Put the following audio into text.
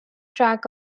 track